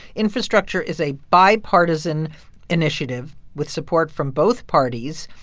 infrastructure is a bipartisan initiative with support from both parties.